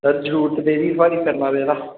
sir जरूरत पेदी थोआढ़ी करना पेदा